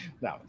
no